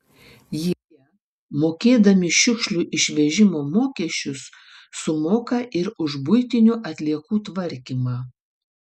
jie mokėdami šiukšlių išvežimo mokesčius sumoka ir už buitinių atliekų tvarkymą